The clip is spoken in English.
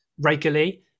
regularly